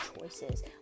choices